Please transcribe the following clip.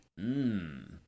Mmm